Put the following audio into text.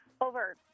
over